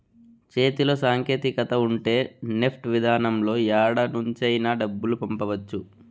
చేతిలో సాంకేతికత ఉంటే నెఫ్ట్ విధానంలో యాడ నుంచైనా డబ్బులు పంపవచ్చు